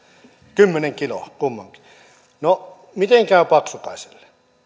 kymmenen kiloa kummankin no miten käy paksukaiselle